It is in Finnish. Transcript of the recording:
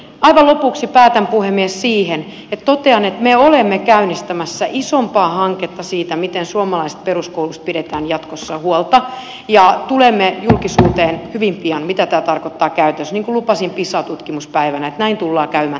aivan lopuksi päätän puhemies siihen että totean että me olemme käynnistämässä isompaa hanketta siitä miten suomalaisesta peruskoulusta pidetään jatkossa huolta ja tulemme julkisuuteen hyvin pian sen suhteen mitä tämä tarkoittaa käytännössä niin kuin lupasin pisa tutkimuspäivänä että näin tullaan tekemään